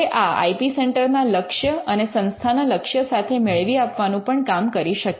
હવે આ I P centre ના લક્ષ્ય અને સંસ્થાના લક્ષ્ય સાથે મેળવી આપવાનું પણ કામ કરી શકે